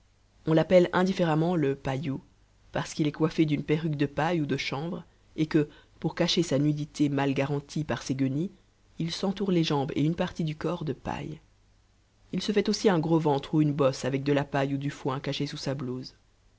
on l'appelle indifféremment le pailloux parce qu'il est coiffé d'une perruque de paille ou de chanvre et que pour cacher sa nudité mal garantie par ses guenilles il s'entoure les jambes et une partie du corps de paille il se fait aussi un gros ventre ou une bosse avec de la paille ou du foin cachés sous sa blouse